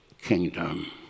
kingdom